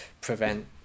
prevent